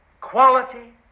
quality